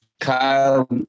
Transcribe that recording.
Kyle